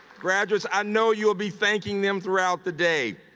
graduates, i know you will be thanking them throughout the day.